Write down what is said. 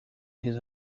his